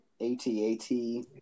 ATAT